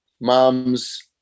mom's